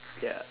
ya